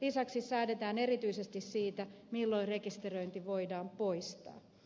lisäksi säädetään erityisesti siitä milloin rekisteröinti voidaan poistaa